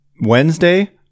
Wednesday